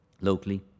locally